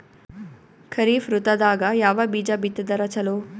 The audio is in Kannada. ಖರೀಫ್ ಋತದಾಗ ಯಾವ ಬೀಜ ಬಿತ್ತದರ ಚಲೋ?